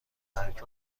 ترک